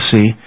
see